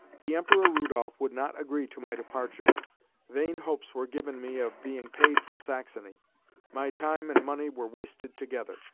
the emperor rudolph would not agree to my departure vain hopes were given me of being paid from saxony my time and money were wasted together,